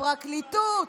הפרקליטות,